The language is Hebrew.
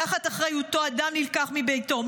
תחת אחריותו אדם נלקח מביתו,